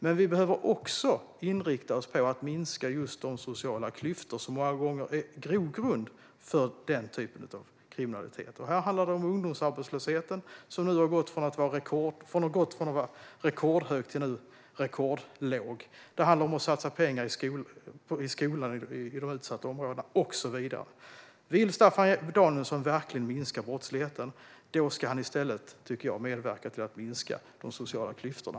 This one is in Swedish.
Men vi behöver också inrikta oss på att minska de sociala klyftor som många gånger är grogrund för denna typ av kriminalitet. Det handlar om ungdomsarbetslösheten, som har gått från att vara rekordhög till att nu vara rekordlåg. Det handlar om att satsa pengar på skolan i de utsatta områdena och så vidare. Om Staffan Danielsson verkligen vill minska brottsligheten tycker jag att han i stället ska medverka till att minska de sociala klyftorna.